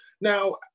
Now